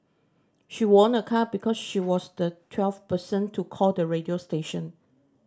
she won a car because she was the twelfth person to call the radio station